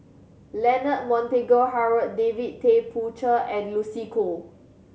Leonard Montague Harrod David Tay Poey Cher and Lucy Koh